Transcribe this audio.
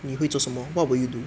你会做什么 what will you do